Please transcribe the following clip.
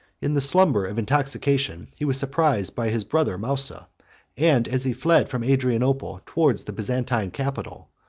in the slumber of intoxication he was surprised by his brother mousa and as he fled from adrianople towards the byzantine capital,